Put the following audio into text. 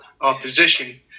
opposition